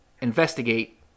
investigate